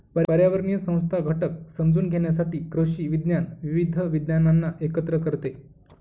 पर्यावरणीय संस्था घटक समजून घेण्यासाठी कृषी विज्ञान विविध विज्ञानांना एकत्र करते